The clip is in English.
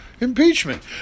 impeachment